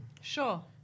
Sure